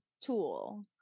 tool